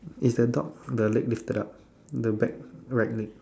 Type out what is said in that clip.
it's the dog the leg lifted up the back right leg